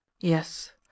Yes